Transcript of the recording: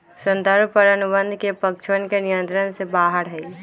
संदर्भ दर अनुबंध के पक्षवन के नियंत्रण से बाहर हई